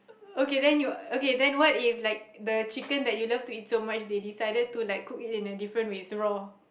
okay then you okay then what if like the chicken that you love to eat so much they decided to like cook it in a different way it's raw